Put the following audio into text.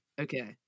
okay